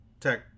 tech